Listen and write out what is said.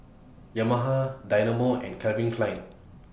Yamaha Dynamo and Calvin Klein